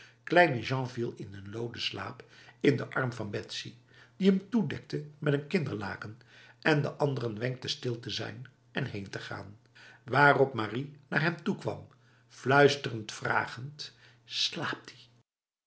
kleine jean viel in een loden slaap in de arm van betsy die hem toedekte met een kinderlaken en de anderen wenkte stil te zijn en heen te gaan waarop marie naar haar toe kwam fluisterend vragend slaapt ie